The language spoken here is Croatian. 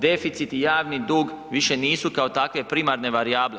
Deficit i javni dug više nisu kao takve primarne varijable.